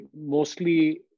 mostly